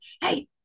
hey